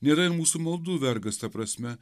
nėra ir mūsų maldų vergas ta prasme